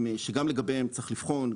שגם לגביהם צריך לבחון,